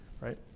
right